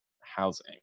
housing